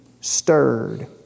stirred